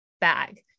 bag